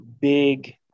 big